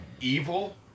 Evil